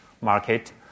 market